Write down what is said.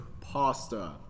pasta